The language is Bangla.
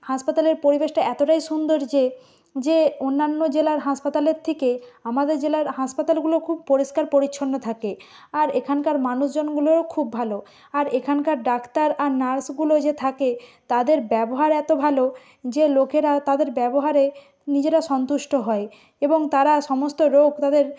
হাসপাতালের পরিবেশটা এতোটাই সুন্দর যে যে অন্যান্য জেলার হাসপাতালের থেকে আমাদের জেলার হাসপাতালগুলো খুব পরিষ্কার পরিচ্ছন্ন থাকে আর এখানকার মানুষজনগুলোও খুব ভালো আর এখানকার ডাক্তার আর নার্সগুলো যে থাকে তাদের ব্যবহার এতো ভালো যে লোকেরা তাদের ব্যবহারে নিজেরা সন্তুষ্ট হয় এবং তারা সমস্ত রোগ তাদের